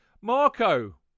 Marco